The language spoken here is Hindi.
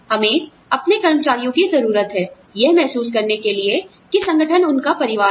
हमें अपने कर्मचारियों की जरूरत है यह महसूस करने के लिए कि संगठन उनका परिवार है